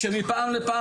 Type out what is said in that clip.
שהוא יישוב ותיק